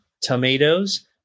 tomatoes